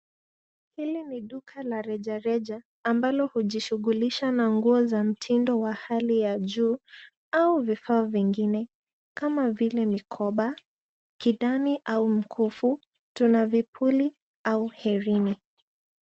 Hili ni duka la rejareja ambalo hujishughulisha na nguo za mtindo wa hali ya juu au vifaa vingine kama vile mikoba kidani au mkufu, tuna vipuli au herini.